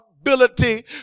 ability